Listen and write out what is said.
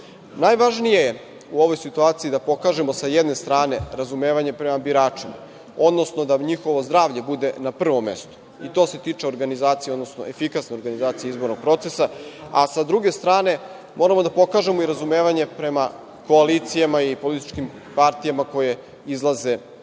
birališta. Najvažnije u ovoj situaciji jeste da pokažemo s jedne strane razumevanje prema biračima, odnosno da njihovo zdravlje bude na prvom mestu i to se tiče organizacije, odnosno efikasne organizacije izbornog procesa. S druge strane, moramo da pokažemo i razumevanje prema koalicijama i političkim partijama koje izlaze na